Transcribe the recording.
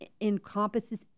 encompasses